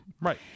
Right